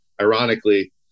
ironically